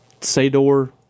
Sador